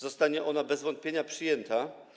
Zostanie ona bez wątpienia przyjęta.